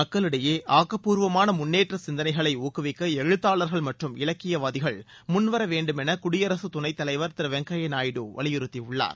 மக்களிடையே ஆக்கப்பூர்வமான முன்னேற்ற சிந்தனைகளை ஊக்குவிக்க எழுத்தாளர்கள் மற்றும் இலக்கியவாதிகள் முன்வர வேண்டும் என குடியரசு துணைத்தலைவர் திரு வெங்கையா நாயுடு வலியுறுத்தியுள்ளார்